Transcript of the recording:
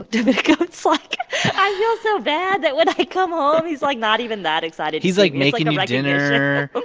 domenico. it's, like i feel so bad that when i come home, he's, like, not even that excited he's, like, making you um like dinner.